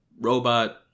robot